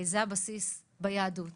זה הבסיס ביהדות,